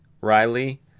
Riley